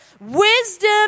Wisdom